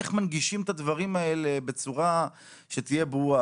איך מנגישים את הדברים האלה בצורה שתהיה ברורה.